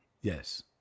Yes